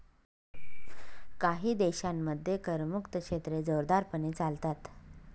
काही देशांमध्ये करमुक्त क्षेत्रे जोरदारपणे चालतात